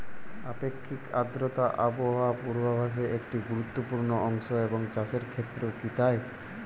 আপেক্ষিক আর্দ্রতা আবহাওয়া পূর্বভাসে একটি গুরুত্বপূর্ণ অংশ এবং চাষের ক্ষেত্রেও কি তাই?